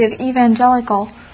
evangelical